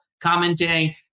commenting